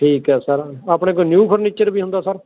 ਠੀਕ ਹੈ ਸਰ ਆਪਣੇ ਕੋਲ ਨਿਊ ਫਰਨੀਚਰ ਵੀ ਹੁੰਦਾ ਸਰ